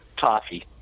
toffee